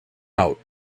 out